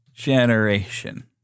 Generation